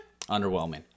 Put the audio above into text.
Underwhelming